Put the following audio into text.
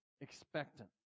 expectant